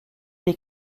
des